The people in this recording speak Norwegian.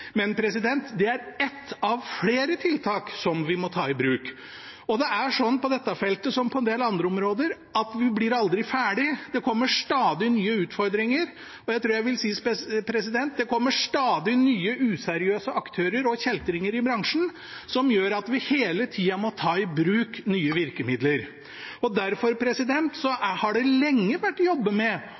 men det er ett av flere tiltak som vi må ta i bruk. Det er sånn på dette feltet som på en del andre områder at vi blir aldri ferdig. Det kommer stadig nye utfordringer, og – jeg tror jeg vil si det slik – det kommer stadig nye useriøse aktører og kjeltringer i bransjen som gjør at vi hele tida må ta i bruk nye virkemidler. Derfor har det lenge vært jobbet med